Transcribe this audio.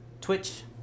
Twitch